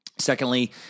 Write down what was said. Secondly